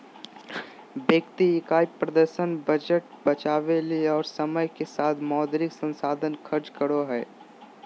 व्यक्ति इकाई प्रदर्शन बजट बचावय ले और समय के साथ मौद्रिक संसाधन खर्च करो हइ